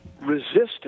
Resistance